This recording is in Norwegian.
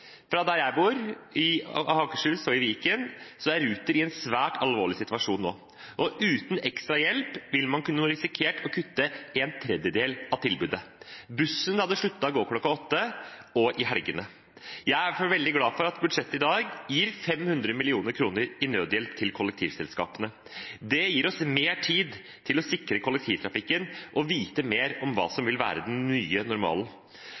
Uten ekstra hjelp ville man risikert å måtte kutte en tredjedel av tilbudet. Bussen hadde sluttet å gå kl. 20 og i helgene. Jeg er i hvert fall veldig glad for at budsjettet i dag gir 500 mill. kr i nødhjelp til kollektivselskapene. Det gir oss mer tid til å sikre kollektivtrafikken og vite mer om hva som vil være den nye